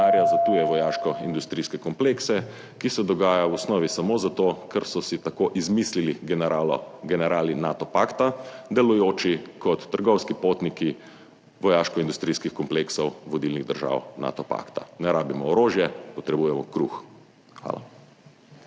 za tuje vojaškoindustrijske komplekse, ki se dogajajo v osnovi samo zato, ker so si tako izmislili generali Nato pakta, delujoči kot trgovski potniki vojaškoindustrijskih kompleksov vodilnih držav Nato pakta. Ne rabimo orožja, potrebujemo kruh. Hvala.